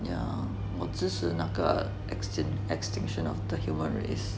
yeah 我就是那个 extinct extinction of the human race